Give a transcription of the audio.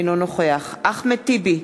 אינו נוכח אחמד טיבי,